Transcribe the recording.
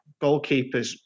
goalkeepers